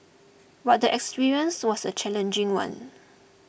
but the experience was a challenging one